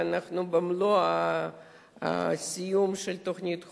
ואנחנו במלוא המימוש של תוכנית החומש.